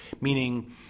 meaning